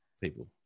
people